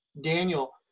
Daniel